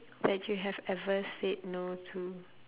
that you have ever said no to